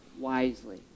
wisely